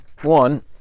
one